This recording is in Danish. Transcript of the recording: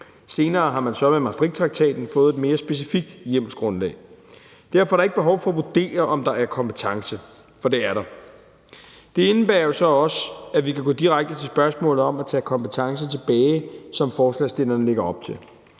Senere har man så med Maastrichttraktaten fået et mere specifikt hjemmelsgrundlag. Derfor er der ikke behov for at vurdere, om der er kompetence, for det er der. Det indebærer jo så også, at vi kan gå direkte til spørgsmålet om at tage kompetence tilbage, som forslagsstillerne lægger op til.